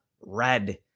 red